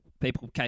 people